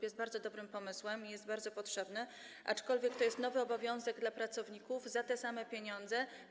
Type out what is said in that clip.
Jest to bardzo dobry pomysł, kluby są bardzo potrzebne, aczkolwiek to jest nowy obowiązek dla pracowników za te same pieniądze.